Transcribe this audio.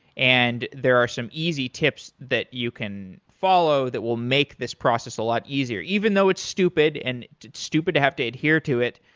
and there are some easy tips that you can follow that will make this process a lot easier. even though it's stupid and stupid to have to adhere to it,